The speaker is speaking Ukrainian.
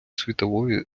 світової